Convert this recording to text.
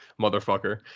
motherfucker